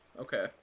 okay